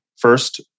first